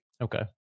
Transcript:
Okay